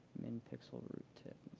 min pixel.